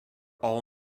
all